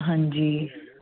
ਹਾਂਜੀ